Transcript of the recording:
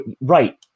right